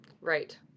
Right